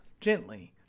Gently